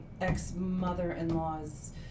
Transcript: ex-mother-in-law's